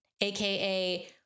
AKA